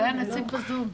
אולי הנציג נמצא בזום.